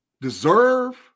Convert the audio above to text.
deserve